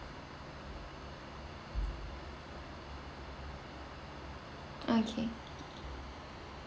okay